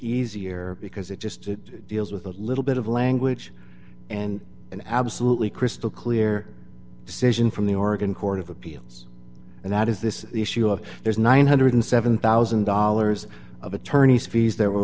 easier because it just deals with a little bit of language and an absolutely crystal clear decision from the oregon court of appeals and that is this issue of there's nine hundred and seven thousand dollars of attorneys fees that were